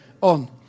on